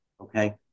okay